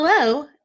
Hello